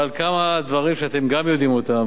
אבל כמה דברים שאתם גם יודעים אותם,